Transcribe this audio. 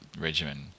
regimen